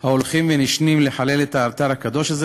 ההולכים ונשנים לחלל את האתר הקדוש הזה